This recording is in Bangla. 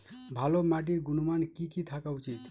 ভালো মাটির গুণমান কি কি থাকা উচিৎ?